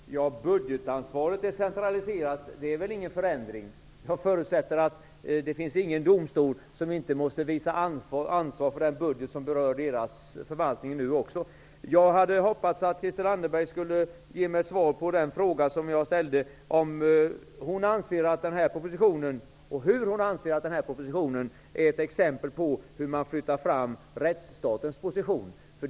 Värderade talman! Att budgetansvaret decentraliseras innebär väl ingen förändring. Jag förutsätter att det inte finns någon domstol som inte måste visa ansvar för den budget som berör förvaltningen. Jag hade hoppats att Christel Anderberg skulle ge mig svar på den fråga jag ställde, nämligen hur hon anser att den här propositionen är ett exempel på att man flyttar fram rättsstatens position.